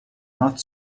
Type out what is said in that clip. not